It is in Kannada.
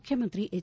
ಮುಖ್ಯಮಂತ್ರಿ ಎಚ್